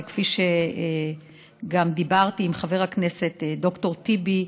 וכפי שגם דיברתי עם חבר הכנסת ד"ר טיבי,